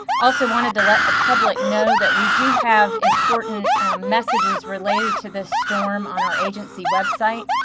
also wanted to let the public know that we do have important messages related to this storm on our agency website.